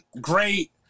great